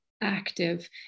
active